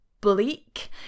bleak